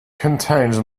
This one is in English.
contains